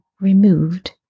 removed